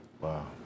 Wow